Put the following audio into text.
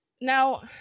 Now